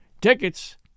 Tickets